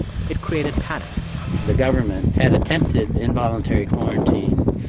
it created panic the government had attempted involuntary quarantine,